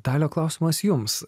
dalia klausimas jums